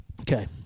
Okay